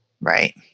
Right